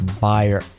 buyer